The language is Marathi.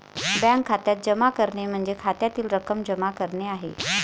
बँक खात्यात जमा करणे म्हणजे खात्यातील रक्कम जमा करणे आहे